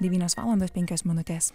devynios valandos penkios minutės